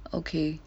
okay